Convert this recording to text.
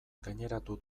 gaineratu